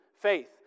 Faith